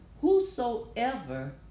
Whosoever